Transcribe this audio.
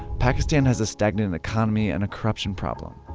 pakistan has a stagnant economy, and a corruption problem.